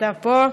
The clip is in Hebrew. אתה פה,